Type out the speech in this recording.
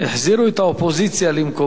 החזירו את האופוזיציה למקומה.